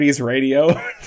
radio